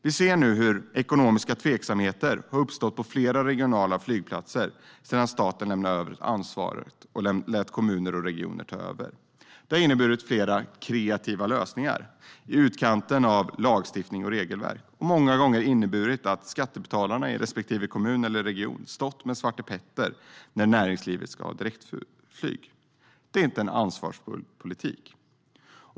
Vi ser nu hur ekonomiska tveksamheter har uppstått på flera regionala flygplatser sedan staten lämnade sitt ansvar och lät kommuner och regioner ta över. Det har inneburit fler "kreativa lösningar" i utkanten av lagstiftning och regelverk. Och det har många gånger inneburit att skattebetalarna i respektive kommun eller region stått med svartepetter när näringslivet ska ha direktflyg. Det är inte en ansvarsfull politik.